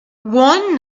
one